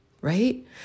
right